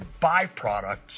byproducts